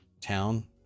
town